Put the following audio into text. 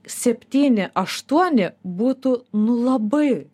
septyni aštuoni būtų nu labai